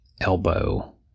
elbow